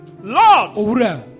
Lord